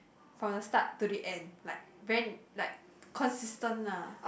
from the start to the end like very like consistent lah